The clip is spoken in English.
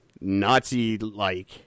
Nazi-like